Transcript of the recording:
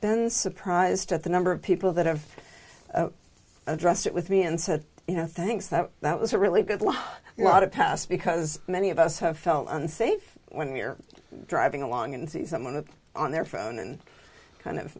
been surprised at the number of people that have addressed it with me and said you know thanks that that was a really good law not a pass because many of us have felt unsafe when we're driving along and see someone up on their phone and kind of